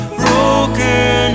broken